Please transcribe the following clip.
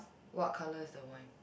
what colour is the wine